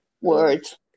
Words